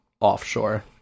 Offshore